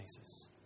Jesus